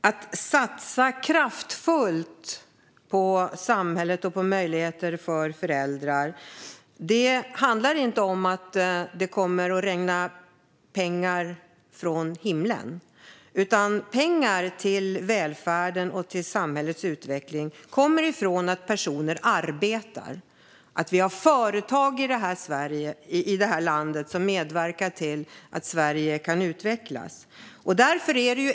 Att satsa kraftfullt på samhället och på möjligheter för föräldrar handlar inte om att det kommer att regna pengar från himlen, utan pengar till välfärden och till samhällets utveckling kommer från att personer arbetar och att vi har företag i det här landet som medverkar till att Sverige kan utvecklas.